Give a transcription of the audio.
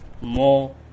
more